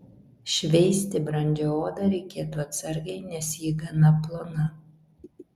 šveisti brandžią odą reikėtų atsargiai nes ji gana plona